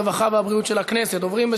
הרווחה והבריאות נתקבלה.